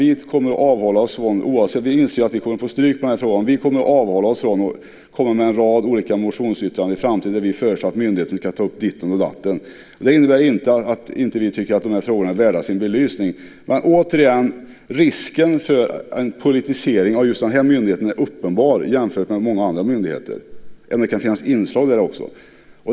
Vi inser att vi kommer att få stryk i den här frågan, men vi kommer att avhålla oss från att lägga fram en rad olika motionsyrkanden i framtiden där vi föreslår att myndigheter ska ta upp ditt och datt. Det innebär inte att vi inte tycker att de här frågorna är värda sin belysning. Återigen är risken för en politisering av just den här myndigheten uppenbar, jämfört med många andra myndigheter, även om det kan finnas inslag där också.